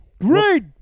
Great